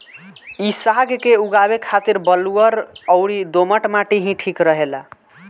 इ साग के उगावे के खातिर बलुअर अउरी दोमट माटी ही ठीक रहेला